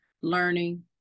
learning